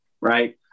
right